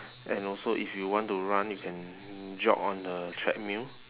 and also if you want to run you can jog on the treadmill